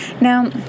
Now